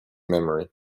memory